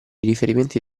riferimenti